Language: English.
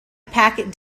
packet